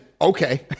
okay